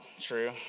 true